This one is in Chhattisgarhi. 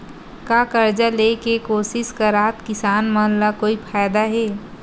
का कर्जा ले के कोशिश करात किसान मन ला कोई फायदा हे?